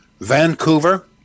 Vancouver